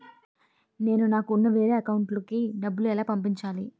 నేను నాకు ఉన్న వేరే అకౌంట్ లో కి డబ్బులు ఎలా పంపించాలి?